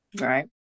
Right